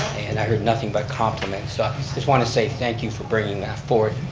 and i heard nothing but compliments, so i just wanted to say thank you for bringing that forward.